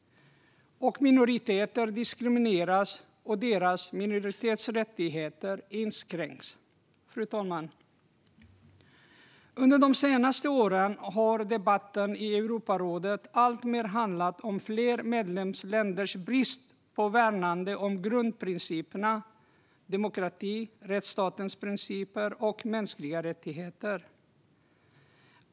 Minoriteter diskrimineras, och deras minoritetsrättigheter inskränks. Fru talman! Under de senaste åren har debatten i Europarådet alltmer handlat om flera medlemsländers brist på värnande av grundprinciperna demokrati, rättsstatens principer och mänskliga rättigheter.